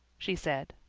she said,